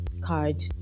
card